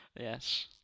Yes